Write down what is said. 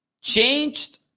changed